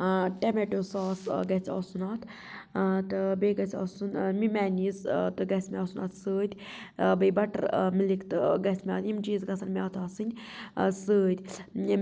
ٲں tomato sauce گَژِھ آسُن اَتھ ٲں تہٕ بیٚیہِ گَژِھ آسُن مِمینِیٖز تہِ گَژِھ مےٚ آسُن اَتھ سٟتۍ ٲں بیٚیہِ بٹَر مِلِک تہٕ گَژٕھ مےٚ یِم چِیٖز گَژھن مےٚ اتھ آسٕنۍ اتھ سٟتۍ